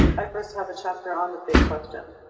i first have a chapter on the big question.